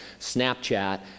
Snapchat